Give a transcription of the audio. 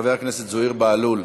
חבר הכנסת זוהיר בהלול,